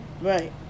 Right